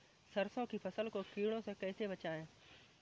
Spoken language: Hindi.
सरसों की फसल को कीड़ों से कैसे बचाएँ?